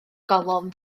golofn